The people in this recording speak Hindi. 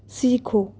सीखो